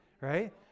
right